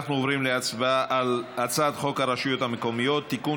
אנחנו עוברים להצבעה על הצעת חוק הרשויות המקומיות (בחירות) (תיקון,